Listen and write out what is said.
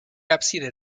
ábside